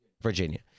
Virginia